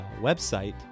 website